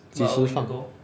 几时放